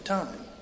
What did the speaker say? time